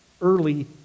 early